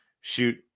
shoot